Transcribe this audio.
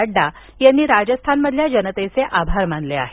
नडडा यांनी राजस्थामधील जनतेचे आभार मानले आहेत